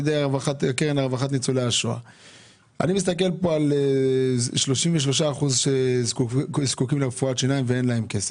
2021. מדובר שם על 33% שזקוקים לרפואת שיניים ואין להם כסף.